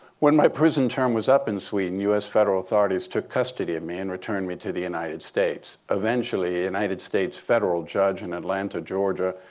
when my prison term was up in sweden, us federal authorities took custody of me and returned me to the united states. eventually, united states federal judge in atlanta, georgia,